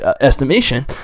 estimation